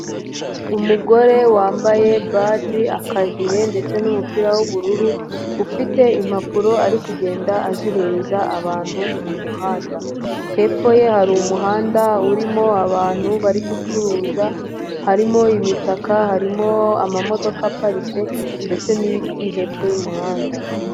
Umugore wambaye baji, akajire ndetse n'umupira w'ubururu, ufite impapuro ari kugenda azihereza abantu mu muhanda, hepfo ye hari umuhanda urimo abantu bari gucuruza, harimo imitaka, harimo amamodoka aparitse ndetse n'ibiti, hepfo y'umuhanda.